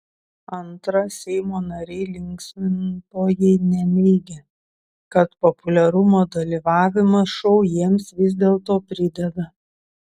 antra seimo nariai linksmintojai neneigia kad populiarumo dalyvavimas šou jiems vis dėlto prideda